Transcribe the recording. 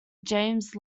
james